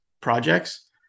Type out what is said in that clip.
projects